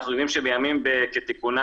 אנחנו יודעים שבימים כתיקונם,